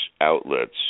outlets